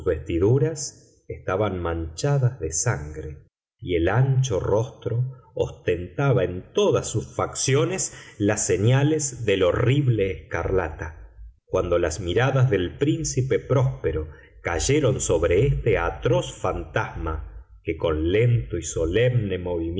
vestiduras estaban manchadas de sangre y el ancho rostro ostentaba en todas sus facciones las señales del horrible escarlata cuando las miradas del príncipe próspero cayeron sobre este atroz fantasma que con lento y solemne